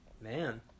Man